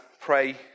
pray